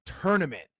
Tournament